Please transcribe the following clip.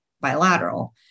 bilateral